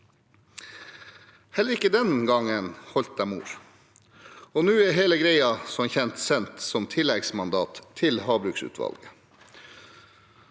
Heller ikke den gangen holdt de ord, og nå er hele greia som kjent sendt som tilleggsmandat til havbruksutvalget.